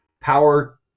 power